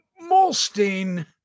Molstein